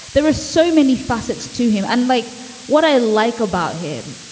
there are so many facets to him, unlike what i like about him,